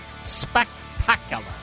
Spectacular